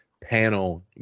panel